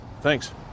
Thanks